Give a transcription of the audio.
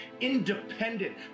independent